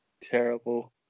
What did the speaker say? terrible